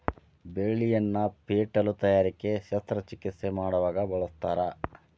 ಬಳ್ಳಿಯನ್ನ ಪೇಟಿಲು ತಯಾರಿಕೆ ಶಸ್ತ್ರ ಚಿಕಿತ್ಸೆ ಮಾಡುವಾಗ ಬಳಸ್ತಾರ